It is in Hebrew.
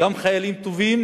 גם חיילים טובים,